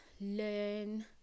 learn